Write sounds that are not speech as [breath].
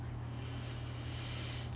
[breath]